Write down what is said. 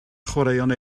chwaraeon